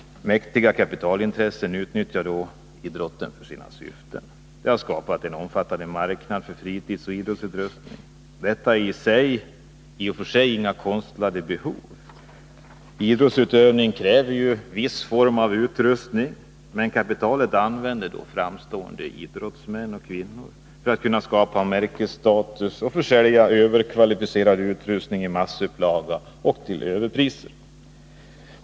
Mäktiga kapitalintressen utnyttjar då idrotten för sina syften. Det har skapat en omfattande marknad för fritidsoch idrottsutrustning. Detta är i och för sig inga konstlade behov idrottsutövningen kräver ju viss form av utrustning — men kapitalet använder framstående idrottsmän och kvinnor för att kunna skapa märkesstatus och försälja överkvalificerad utrustning i massupplaga och till överpriser.